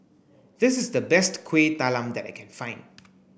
this is the best Kuih Talam that I can find